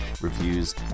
reviews